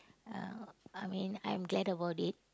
uh I mean I'm glad about it